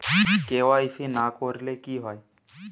KYC না করলে কি হয়?